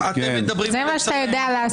זה מה שאתה יודע לעשות.